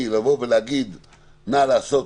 לבסוף,